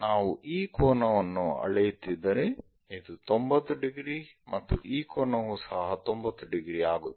ನಾವು ಈ ಕೋನವನ್ನು ಅಳೆಯುತ್ತಿದ್ದರೆ ಇದು 90 ಡಿಗ್ರಿ ಮತ್ತು ಈ ಕೋನವೂ ಸಹ 90 ಡಿಗ್ರಿ ಆಗುತ್ತದೆ